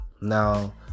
Now